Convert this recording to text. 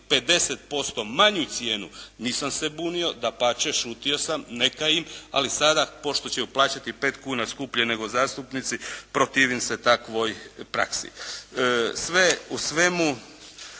50% manju cijenu nisam se bunio, dapače šutio sam, neka im ali sada pošto će plaćati 5 kuna skuplje nego zastupnici protivim se takvoj praksi. Sve u svemu